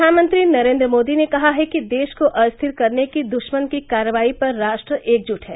प्रधानमंत्री नरेन्द्र मोदी ने कहा है कि देश को अस्थिर करने की दुश्मन की कार्रवाई पर राष्ट्र एकजुट है